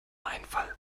einfall